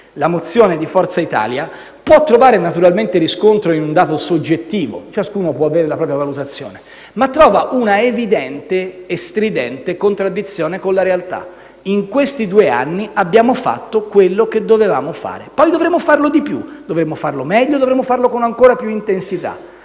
la mozione di Forza Italia, può trovare naturalmente riscontro in un dato soggettivo (ciascuno può avere la propria valutazione), ma trova un'evidente e stridente contraddizione con la realtà: in questi due anni abbiamo fatto quello che dovevamo fare. Poi dovremo farlo di più, dovremo farlo meglio e con ancora più intensità,